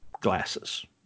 glasses